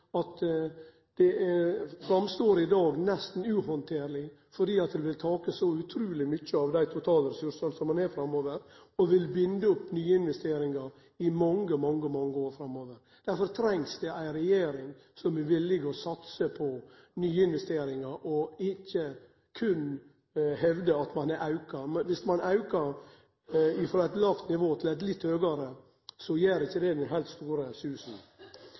at det står fram i dag som nesten uhandterleg, fordi det vil ta så utruleg mykje av dei totalressursane som ein har, framover, og det vil binde opp nye investeringar i mange, mange år framover. Derfor trengst det ei regjering som er villig til å satse på nye investeringar og ikkje berre hevde at ein har auka. Viss ein aukar frå eit lågt nivå til eit litt høgare, gjer ikkje det den heilt store